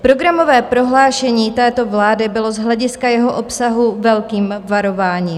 Programové prohlášení této vlády bylo z hlediska jeho obsahu velkým varováním.